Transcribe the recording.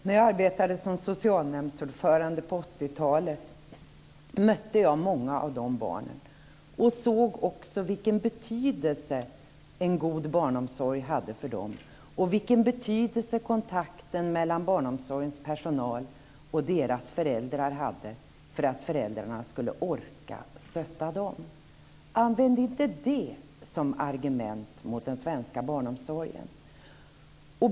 När jag arbetade som socialnämndsordförande på 80-talet mötte jag många av de barnen och såg också vilken betydelse en god barnomsorg hade för dem och vilken betydelse kontakten mellan barnomsorgens personal och deras föräldrar hade för att föräldrarna skulle orka stötta dem. Använd inte det som argument mot den svenska barnomsorgen!